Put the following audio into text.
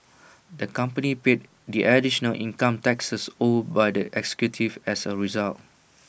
the company paid the additional income taxes owed by the executives as A result